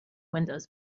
windows